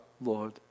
Lord